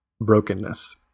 brokenness